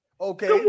Okay